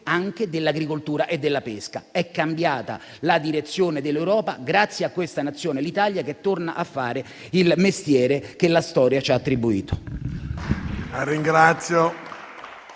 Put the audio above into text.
dell'agricoltura e della pesca. È cambiata la direzione dell'Europa, grazie a questa Nazione - l'Italia - che torna a fare il mestiere che la Storia le ha attribuito.